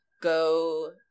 go